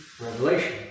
Revelation